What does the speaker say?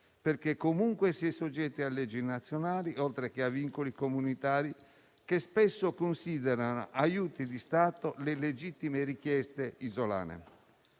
perché comunque si è soggetti a leggi nazionali, oltre che a vincoli comunitari, che spesso considerano aiuti di Stato le legittime richieste isolane.